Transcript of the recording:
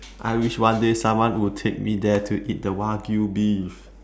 I wish one day someone would take me there to eat the wagyu-beef